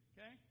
Okay